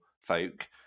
folk